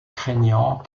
craignant